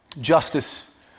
Justice